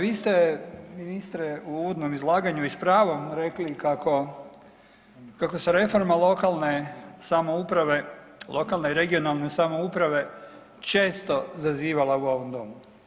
Vi ste ministre u uvodnom izlaganju i s pravom rekli kako, kako se reforma lokalne samouprave, lokalne i regionalne samouprave često zazivala u ovom domu.